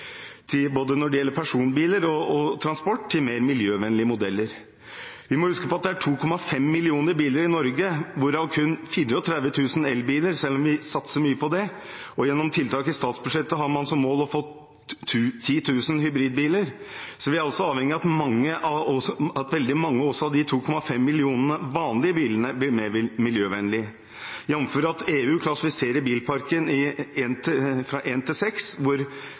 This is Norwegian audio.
når det gjelder både personbiler og annen transport, til mer miljøvennlige modeller. Vi må huske på at det er 2,5 millioner biler i Norge, hvorav kun 34 000 er elbiler, selv om vi satser mye på det. Gjennom tiltak i statsbudsjettet har man som mål å få 10 000 hybridbiler. Så vi er altså avhengig av at også veldig mange av de 2,5 millioner vanlige bilene blir mer miljøvennlige, jf. at EU klassifiserer bilparken fra 1 til